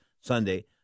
Sunday